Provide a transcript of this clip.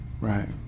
Right